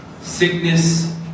sickness